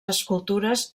escultures